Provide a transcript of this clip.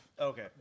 Okay